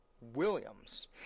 Williams